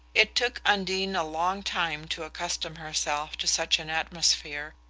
it took undine a long time to accustom herself to such an atmosphere,